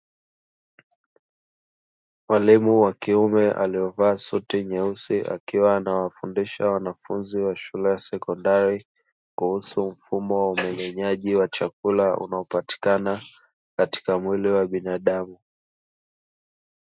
Mwalimu wa kiume aliyevaa suti nyeusi, akiwa anawafundisha wanafunzi wa shule ya sekondari, kuhusu mfumo wa umeng'enyaji wa chakula unaopatikana katika mwili wa binadamu.